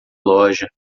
loja